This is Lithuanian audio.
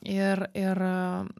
ir ir